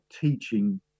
teaching